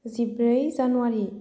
जिब्रै जानुवारि